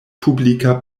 publika